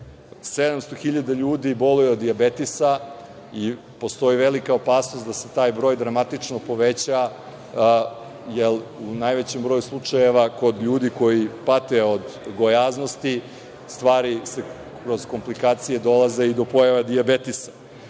hiljada ljudi boluje od dijabetisa i postoji velika opasnost da se taj broj dramatično poveća, jer u najvećem broju slučajeva kod ljudi koji pate od gojaznosti stvari se kroz komplikacije dolaze i do pojave dijabetisa. Posebno